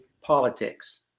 politics